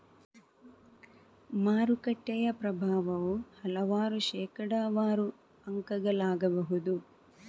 ಮಾರುಕಟ್ಟೆಯ ಪ್ರಭಾವವು ಹಲವಾರು ಶೇಕಡಾವಾರು ಅಂಕಗಳಾಗಬಹುದು